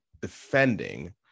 defending